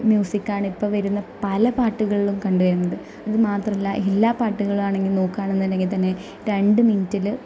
music ആണിപ്പം വരുന്ന പല പാട്ടുകളിലും കണ്ട് വരുന്നത് അത് മാത്രമല്ല എല്ലാ പാട്ടുകളുമാണെങ്കിൽ നോക്കുകയാണെന്ന് ഉണ്ടെങ്കിൽ തന്നെ രണ്ട് മിനിറ്റിൽ